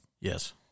Yes